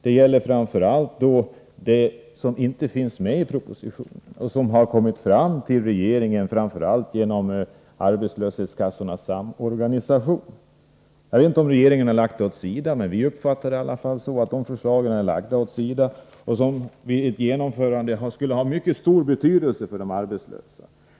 Det gäller i första hand det som inte finns med i propositionen och som kommit fram till regeringen framför allt genom arbetslöshetskassornas samorganisation. Jag vet inte om regeringen lagt dessa förslag åt sidan. I alla fall uppfattar vi det så. Men de förslagen skulle, om de genomfördes, ha mycket stor betydelse för de arbetslösa.